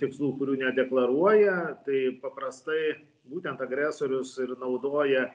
tikslų kurių nedeklaruoja tai paprastai būtent agresorius ir naudoja